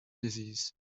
disease